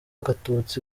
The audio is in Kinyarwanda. gatutsi